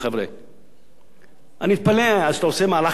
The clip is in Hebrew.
אני מתפלא שאתה עושה מהלך כזה בלי לדבר עם אף אחד מהאנשים,